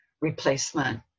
replacement